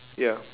ya